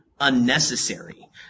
unnecessary